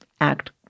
act